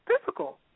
physical